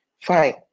fine